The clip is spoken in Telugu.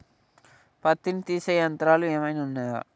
పత్తిని తీసే యంత్రాలు ఏమైనా ఉన్నయా?